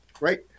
right